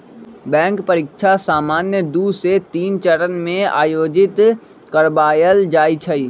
bank परीकछा सामान्य दू से तीन चरण में आयोजित करबायल जाइ छइ